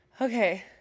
okay